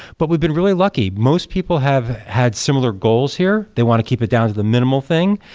but we've been really lucky. most people have had similar goals here. they want to keep it down to the minimal thing.